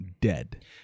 dead